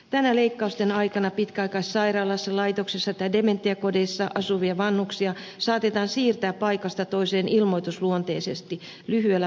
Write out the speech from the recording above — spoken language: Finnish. tänä leikkausten aikana pitkäaikaissairaaloissa laitoksissa tai dementiakodeissa asuvia vanhuksia saatetaan siirtää paikasta toiseen ilmoitusluonteisesti lyhyellä varoitusajalla